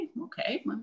Okay